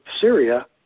Syria